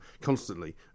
constantly